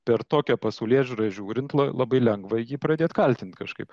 per tokią pasaulėžiūrą žiūrint la labai lengva jį pradėt kaltint kažkaip